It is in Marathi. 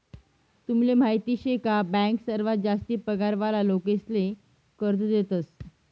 तुमले माहीत शे का बँक सर्वात जास्ती पगार वाला लोकेसले कर्ज देतस